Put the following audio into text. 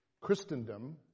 Christendom